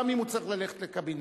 גם אם הוא צריך ללכת לקבינט.